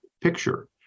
picture